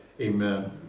Amen